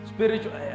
Spiritual